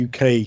UK